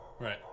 right